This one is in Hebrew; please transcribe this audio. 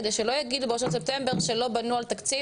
כדי שלא יגידו ב-1 בספטמבר שלא בנו על תקציב